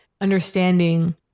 understanding